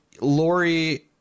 Lori